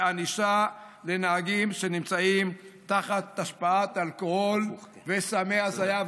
ענישה לנהגים שנמצאים תחת השפעת אלכוהול וסמי הזיה.